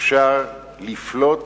אפשר לפלוט